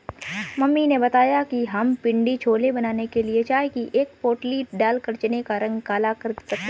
mummy ने बताया कि हम पिण्डी छोले बनाने के लिए चाय की एक पोटली डालकर चने का रंग काला कर सकते हैं